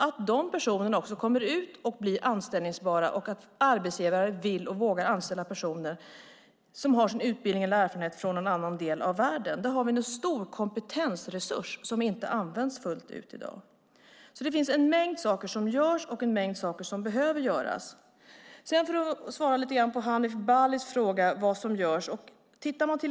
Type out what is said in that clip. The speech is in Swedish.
Att de personerna också kommer ut och blir anställningsbara och att arbetsgivare vill och vågar anställa personer med utbildning eller erfarenhet från en annan del av världen innebär en stor kompetensresurs som inte används fullt ut i dag. Det finns en mängd saker som görs och en mängd saker som behöver göras. Jag ska svara på Hanif Balis fråga om vad som görs.